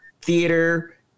Theater